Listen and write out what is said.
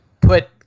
put